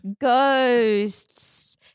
Ghosts